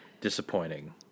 disappointing